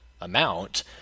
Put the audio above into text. amount